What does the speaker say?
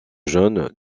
jeunes